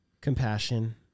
compassion